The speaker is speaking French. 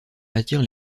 attire